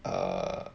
err